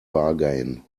bargain